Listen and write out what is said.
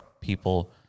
people